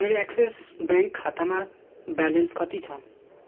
मेरो Axis bank खातामा balance कति छ